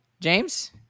James